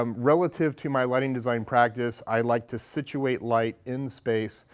um relative to my lighting design practice, i like to situate light in space,